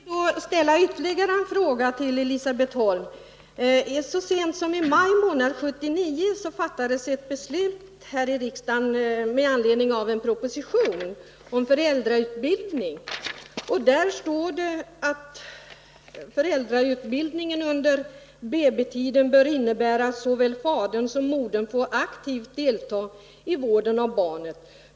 Herr talman! Jag vill då ställa ytterligare en fråga till Elisabet Holm. Så sent som i maj 1979 fattades det ett beslut här i riksdagen med anledning av proposition om föräldrautbildning. Där stod det att föräldrautbildningen under BB-tiden bör innebära att såväl fadern som modern får aktivt delta i vården av barnet.